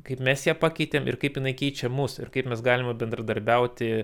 kaip mes ją pakeitėm ir kaip jinai keičia mus ir kaip mes galima bendradarbiauti